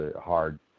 hard